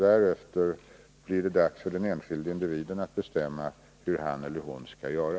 Därefter blir det dags för den enskilde medborgaren att bestämma hur han eller hon skall göra.